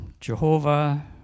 Jehovah